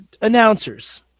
announcers